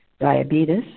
diabetes